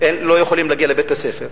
לא יכולים להגיע לבית-הספר?